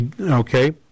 Okay